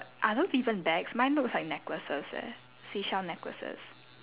are those even bags mine looks like necklaces eh seashell necklaces